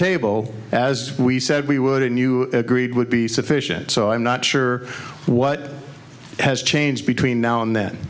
table as we said we would and you agreed would be sufficient so i'm not sure what has changed between now and then